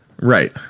right